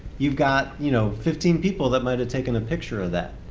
you've got you know fifteen people that might have taken a picture of that.